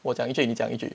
我讲一句你讲一句